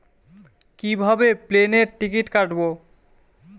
কিভাবে প্লেনের টিকিট কাটব?